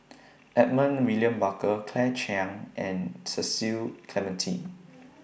Edmund William Barker Claire Chiang and Cecil Clementi